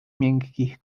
miękkich